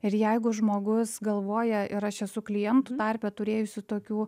ir jeigu žmogus galvoja ir aš esu klientų tarpe turėjusių tokių